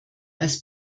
als